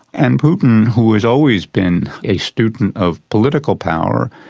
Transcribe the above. and putin, who has always been a student of political power,